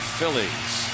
Phillies